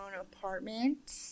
apartment